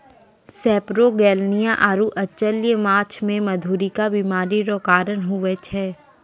सेपरोगेलनिया आरु अचल्य माछ मे मधुरिका बीमारी रो कारण हुवै छै